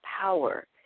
power